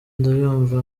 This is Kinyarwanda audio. ndayumva